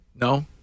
No